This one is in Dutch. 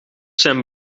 zijn